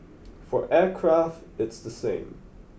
for aircraft it's the same